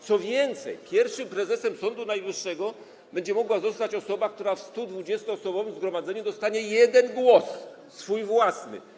Co więcej, pierwszym prezesem Sądu Najwyższego będzie mogła zostać osoba, która w studwudziestoosobowym zgromadzeniu dostanie jeden głos - swój własny.